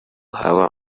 haba